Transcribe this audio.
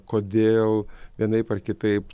kodėl vienaip ar kitaip